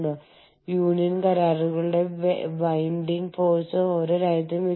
അതാണ് ഗ്രീൻഫീൽഡ് സമീപനം